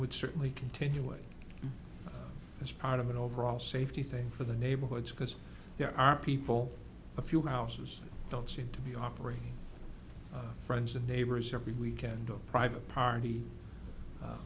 would certainly continue it as part of an overall safety thing for the neighborhoods because there are people a few houses don't seem to be operating friends and neighbors every weekend or private party